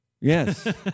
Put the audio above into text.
Yes